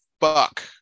Fuck